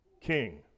king